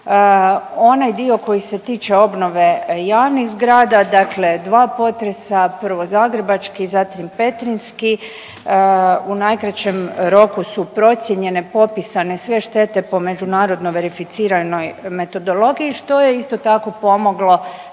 onaj dio koji se tiče obnove javnih zgrada, dakle dva potresa prvo zagrebački zatim petrinjski u najkraćem roku su procijenjene popisane sve štete po međunarodno verificiranoj metodologiji što je isto tako pomoglo